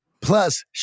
Plus